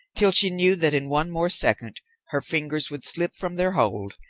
till she knew that in one more second her fingers would slip from their hold,